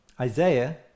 Isaiah